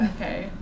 Okay